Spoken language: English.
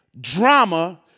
drama